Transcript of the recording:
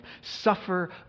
suffer